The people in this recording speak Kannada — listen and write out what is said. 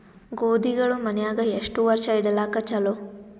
ಗೋಧಿಗಳು ಮನ್ಯಾಗ ಎಷ್ಟು ವರ್ಷ ಇಡಲಾಕ ಚಲೋ?